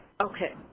okay